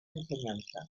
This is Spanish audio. enseñanza